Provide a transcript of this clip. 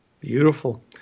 Beautiful